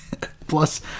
Plus